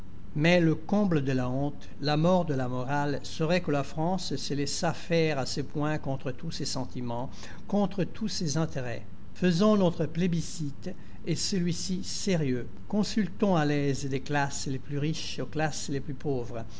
mais le comble de la honte la mort de la morale serait que la france se laissât faire à ce point contre tous ses sentiments contre tous ses intérêts faisons notre plébiscite et celui-ci sérieux consultons à l'aise des classes les plus riches aux classes les plus pauvres